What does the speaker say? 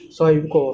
我的